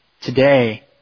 today